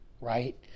right